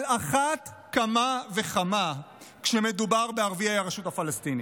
על אחת כמה וכמה כשמדובר בערביי הרשות הפלסטינית.